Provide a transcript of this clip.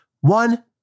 One